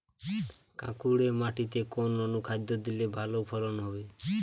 কাঁকুরে মাটিতে কোন অনুখাদ্য দিলে ভালো ফলন হবে?